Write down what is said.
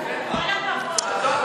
תמשוך קצת.